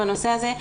בנושא הזה,